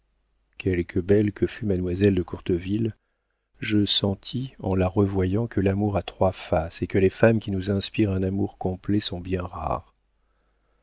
quelque belle que fût mademoiselle de courteville je sentis en la revoyant que l'amour a trois faces et que les femmes qui nous inspirent un amour complet sont bien rares